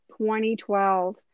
2012